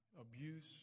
abuse